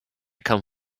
come